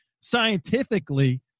scientifically